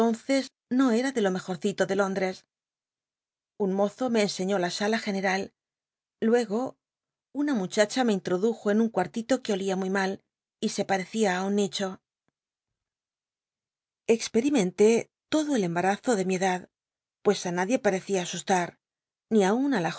no era de lo mejorcito de lónch'es un mozo me enseñó la sala general luego una muchacha me introdujo en un cuartito que olía muy mal y se parecia á un nicho biblioteca nacional de españa david copperfield stecrrorth exclamé experimenté lodo el embarazo de mi edad pues i nadie parecía asusla t ni aun ti la